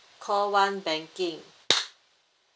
call one banking